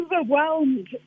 overwhelmed